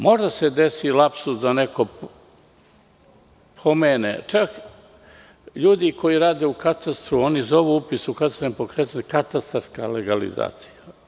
Možda se desi lapsus da neko pomene, čak ljudi koji rade u katastru oni zovu upis u katastar nepokretnosti katastarska legalizacija.